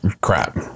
crap